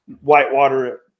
whitewater